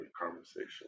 conversation